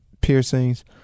piercings